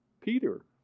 Peter